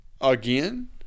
again